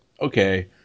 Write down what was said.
okay